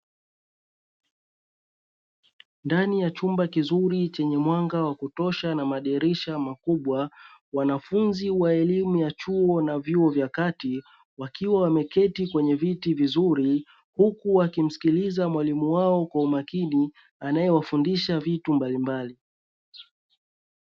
Ndani ya chumba kizuri chenye mwanga wa kutosha na madirisha makubwa wanafunzi wa elimu ya chuo na vyuo vya kati, wakiwa wameketi kwenye viti vizuri huku wakimsikiliza mwalimu wao kwa umakini anayewafundisha vitu mbalimbali.